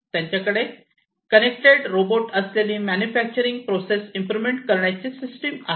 त्यांच्याकडे connected robot असलेली manufacturing process improvement करण्यासाठी सिस्टम आहे